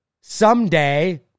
Someday